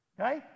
Okay